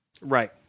Right